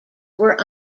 were